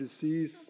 disease